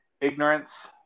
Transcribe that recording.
Ignorance